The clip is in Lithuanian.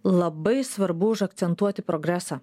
labai svarbu užakcentuoti progresą